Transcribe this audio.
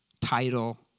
title